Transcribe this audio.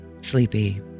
sleepy